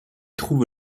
trouve